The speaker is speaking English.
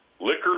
liquor